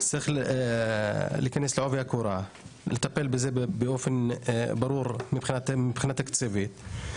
צריך להיכנס לעובי הקורה ולטפל בזה באופן ברור מבחינה תקציבית.